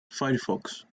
firefox